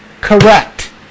correct